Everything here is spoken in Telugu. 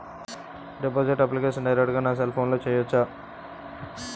డిపాజిట్ అప్లికేషన్ డైరెక్ట్ గా నా సెల్ ఫోన్లో చెయ్యచా?